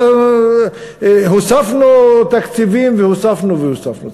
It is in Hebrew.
הוספנו תקציבים והוספנו והוספנו.